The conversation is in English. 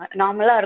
normal